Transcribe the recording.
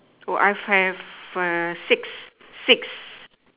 oh I have a six six